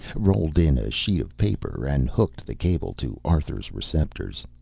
rolled in a sheet of paper and hooked the cable to arthur's receptors.